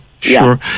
Sure